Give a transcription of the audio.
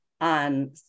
on